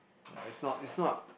ya it's not it's not